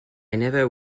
never